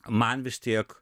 man vis tiek